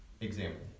example